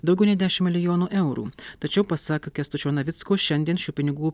daugiau nei dešim milijonų eurų tačiau pasak kęstučio navicko šiandien šių pinigų